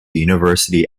university